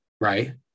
right